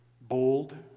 bold